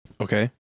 Okay